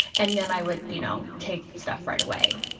and then i would, you know, take stuff right away.